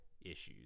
issues